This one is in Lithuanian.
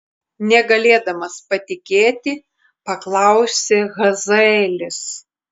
negalėdamas patikėti paklausė hazaelis